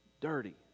dirty